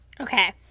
Okay